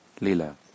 Lila